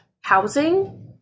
housing